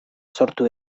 sortu